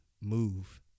move